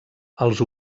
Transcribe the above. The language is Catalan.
els